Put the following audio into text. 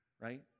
Right